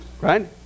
Right